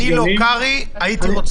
אני אומר לך